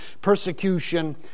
persecution